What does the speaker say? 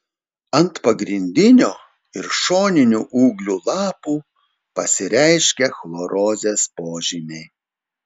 ant pagrindinio ir šoninių ūglių lapų pasireiškia chlorozės požymiai